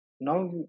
Now